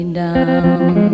down